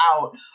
out